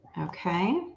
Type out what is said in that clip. Okay